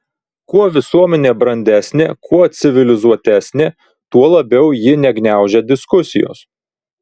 kuo visuomenė brandesnė kuo civilizuotesnė tuo labiau ji negniaužia diskusijos